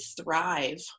thrive